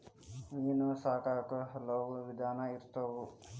ಮೇನಾ ಸಾಕಾಕು ಹಲವು ವಿಧಾನಾ ಇರ್ತಾವ